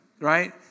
Right